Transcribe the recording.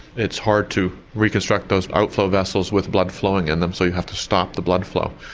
it's hard to reconstruct those outflow vessel with blood flowing in them so you have to stop the blood flow.